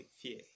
fear